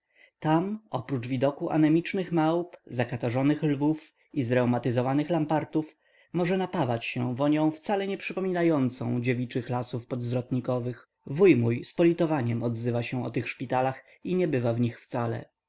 tam oprócz widoku anemicznych małp zakatarzonych lwów i zreumatyzmowanych lampartów może napawać się wonią wcale nie przypominającą dziewiczych lasów podzwrotnikowych wuj mój z politowaniem odzywa się o tych szpitalach i nie bywa w nich wcale